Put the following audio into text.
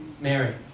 Mary